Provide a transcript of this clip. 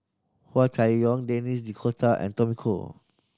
Hua Chai Yong Denis D'Cotta and Tommy Koh